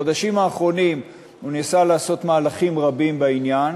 בחודשים האחרונים הוא ניסה לעשות מהלכים רבים בעניין,